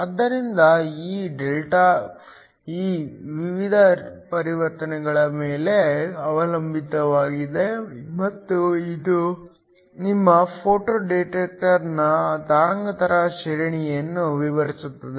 ಆದ್ದರಿಂದ ಈ ಡೆಲ್ಟಾ ಇ ವಿವಿಧ ಪರಿವರ್ತನೆಗಳ ಮೇಲೆ ಅವಲಂಬಿತವಾಗಿದೆ ಮತ್ತು ಇದು ನಿಮ್ಮ ಫೋಟೋ ಡಿಟೆಕ್ಟರ್ನ ತರಂಗಾಂತರ ಶ್ರೇಣಿಯನ್ನು ವಿವರಿಸುತ್ತದೆ